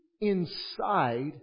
inside